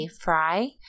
fry